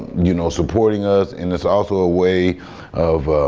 you know, supporting us and it's also a way of,